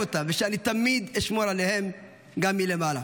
אותם ושאני תמיד אשמור עליהם גם מלמעלה.